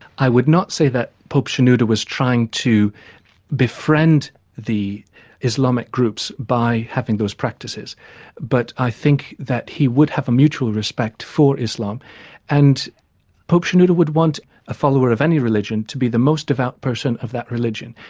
i would not say that pope shenouda was trying to befriend the islamic groups by having those practices but i think that he would have a mutual respect for islam and pope shenouda would want a follower of any religion to be the most devout person of that religion.